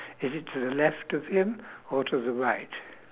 is it to the left of him or to the right